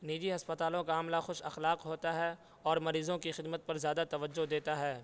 نجی ہسپتالوں کا عملہ خوش اخلاق ہوتا ہے اور مریضوں کی خدمت پر زیادہ توجہ دیتا ہے